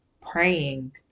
praying